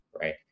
right